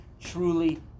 truly